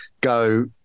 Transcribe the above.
go